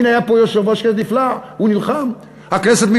הנה, היה פה יושב-ראש נפלא, הוא נלחם.